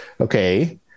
okay